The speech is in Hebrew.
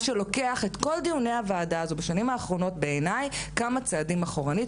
מה שלוקח את כל דיוני הוועדה הזו בשנים האחרונות כמה צעדים אחורנית.